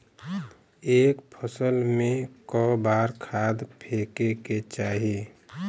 एक फसल में क बार खाद फेके के चाही?